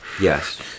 Yes